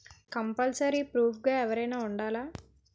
Compulsory proof గా ఎవరైనా ఉండాలా?